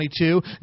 22